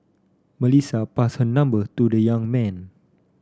Melissa passed her number to the young man